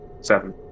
Seven